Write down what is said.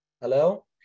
Hello